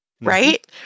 right